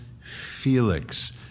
felix